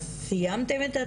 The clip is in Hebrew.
אז סיימתם את התהליך הזה?